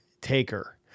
taker